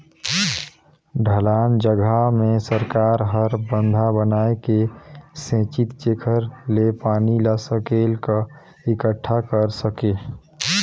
ढलान जघा मे सरकार हर बंधा बनाए के सेचित जेखर ले पानी ल सकेल क एकटठा कर सके